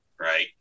right